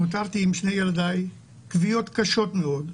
נותרתי עם שני ילדיי, עם כוויות קשות מאוד.